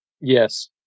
Yes